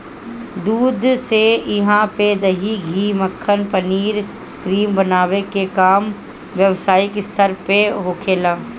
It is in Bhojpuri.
दूध से इहा पे दही, घी, मक्खन, पनीर, क्रीम बनावे के काम व्यवसायिक स्तर पे होखेला